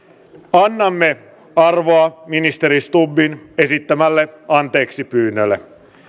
annamme arvoa ministeri stubbin esittämälle anteeksipyynnölle